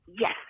yes